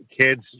kids